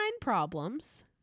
problems